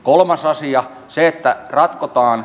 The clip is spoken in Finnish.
kolmas asia se että ratkotaan